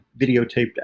videotaped